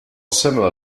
similar